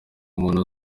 umuntu